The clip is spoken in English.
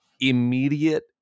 Immediate